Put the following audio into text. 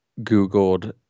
Googled